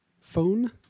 phone